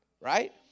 right